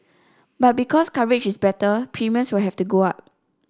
but because coverage is better premiums will have to go up